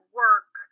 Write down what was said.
work